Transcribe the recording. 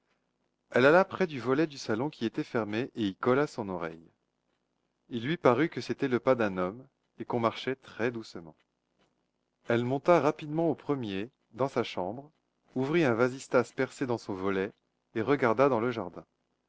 elle alla près du volet du salon qui était fermé et y colla son oreille il lui parut que c'était le pas d'un homme et qu'on marchait très doucement elle monta rapidement au premier dans sa chambre ouvrit un vasistas percé dans son volet et regarda dans le jardin